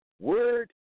Word